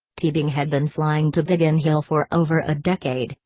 teabing had been flying to biggin hill for over a decade,